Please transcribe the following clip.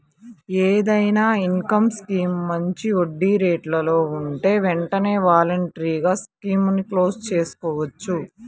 ఏదైనా income scheme మంచి వడ్డీరేట్లలో ఉంటే వెంటనే వాలంటరీగా స్కీముని క్లోజ్ చేసుకోవచ్చు